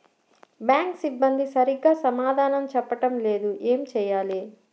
Bank సిబ్బంది సరిగ్గా సమాధానం చెప్పటం లేదు ఏం చెయ్యాలి?